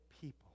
people